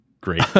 Great